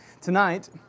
Tonight